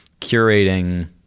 curating